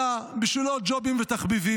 אלא בשביל עוד ג'ובים ותחביבים,